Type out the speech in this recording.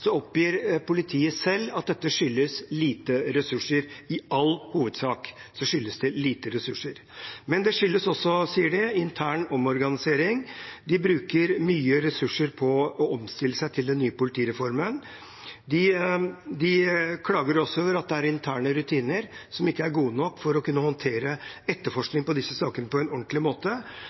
oppgir politiet selv at dette skyldes lite ressurser – i all hovedsak skyldes det lite ressurser. Men det skyldes også, sier de, intern omorganisering. De bruker mye ressurser på å omstille seg til den nye politireformen. De klager også over at det er interne rutiner som ikke er gode nok for å kunne håndtere etterforskning på disse sakene på en ordentlig måte.